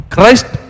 Christ